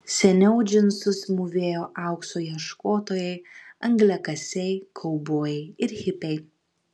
seniau džinsus mūvėjo aukso ieškotojai angliakasiai kaubojai ir hipiai